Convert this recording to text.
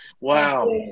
Wow